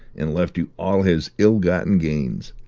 and left you all his ill-gotten gains.